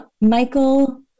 Michael